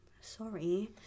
sorry